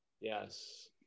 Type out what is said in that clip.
Yes